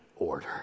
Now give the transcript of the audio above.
Order